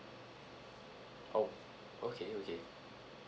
oh okay okay